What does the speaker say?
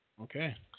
Okay